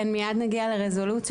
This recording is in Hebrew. כן, מיד נגיע לרזולוציות.